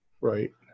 Right